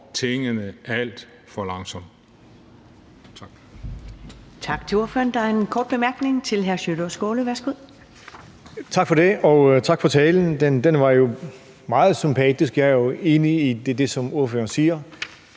tingene alt for langsomt.